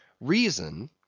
reason